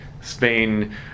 Spain